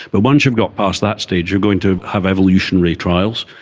but once you've got past that stage you're going to have evolutionary trials,